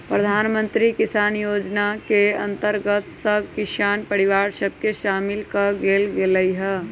प्रधानमंत्री किसान जोजना के अंतर्गत सभ किसान परिवार सभ के सामिल क् लेल गेलइ ह